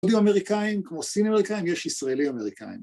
עוד אמריקאים כמו סין אמריקאים, יש ישראלי אמריקאים.